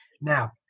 Now